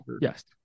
Yes